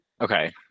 Okay